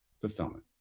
fulfillment